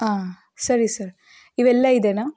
ಹಾಂ ಸರಿ ಸರ್ ಇವೆಲ್ಲ ಇದೆಯಾ